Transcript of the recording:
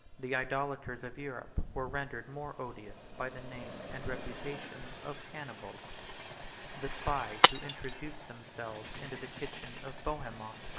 the idolaters of europe were rendered more odious by the name and reputation of cannibals the spies, who introduced themselves into the kitchen of bohemond,